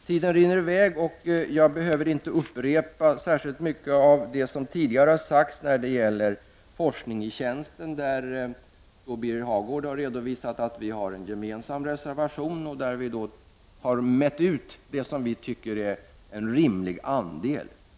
Tiden rinner i väg, och jag behöver inte upprepa särskilt mycket av det som tidigare har sagts när det gäller forskning i tjänsten. Birger Hagård har redovisat att vi har en gemensam reservation i denna fråga. I den har vi så att säga mätt ut vad vi tycker är en rimlig andel för forskning.